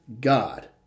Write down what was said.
God